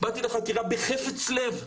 באתי לחקירה בחפץ לב,